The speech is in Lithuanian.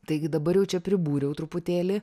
taigi dabar jau čia pribūriau truputėlį